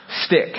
stick